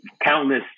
countless